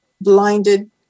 blinded